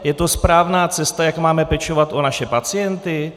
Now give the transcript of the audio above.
Je to správná cesta, jak máme pečovat o naše pacienty?